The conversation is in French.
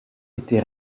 était